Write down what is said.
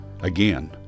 Again